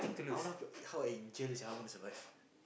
I wonder h~ how in jail sia I gonna survive